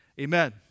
amen